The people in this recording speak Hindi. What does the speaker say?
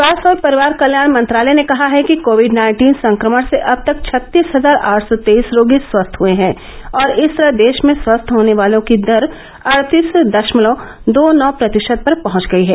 स्वास्थ्य और परिवार कल्याण मंत्रालय ने कहा है कि कोविड नाइन्टीन संक्रमण से अब तक छत्तीस हजार आठ सौ तेईस रोगी स्वस्थ हुए हैं और इस तरह देश में स्वस्थ होने वालों की दर अड़तीस दशमलव दो नौ प्रतिशत पर पहंच गई है